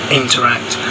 interact